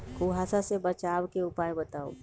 कुहासा से बचाव के उपाय बताऊ?